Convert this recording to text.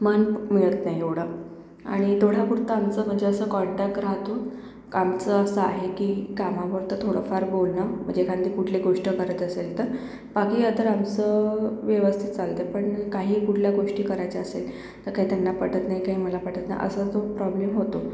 मन मिळत नाही एवढं आणि तेवढ्यापुरतं आमचं म्हणजे असं कॉनटॅक्ट राहतो आमचं असं आहे की कामापुरतं थोडंफार बोलणं म्हणजे एखादी कुठली गोष्ट करत असेल तर बाकी तर आमचं व्यवस्थित चालतं आहे पण काही कुठल्या गोष्टी करायच्या असेल तर काही त्यांना पटत नाही काही मला पटत नाही असा तो प्रॉब्लेम होतो